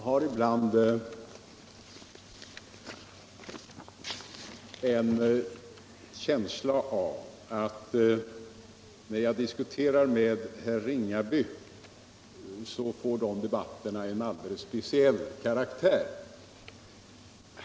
Herr talman! Mina diskussioner med herr Ringaby här i kammaren Onsdagen den får en alldeles speciell karaktär.